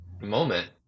moment